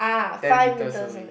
ten meters away